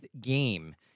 game